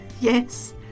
Yes